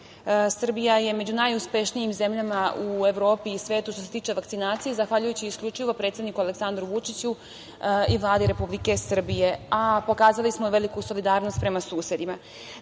je među najuspešnijim zemljama u Evropi i svetu što se tiče vakcinacije, zahvaljujući isključivo predsedniku Aleksandru Vučiću i Vladi Republike Srbije. Pokazali smo veliku solidarnost prema susedima. Naša